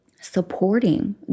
supporting